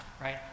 right